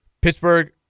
Pittsburgh